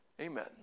Amen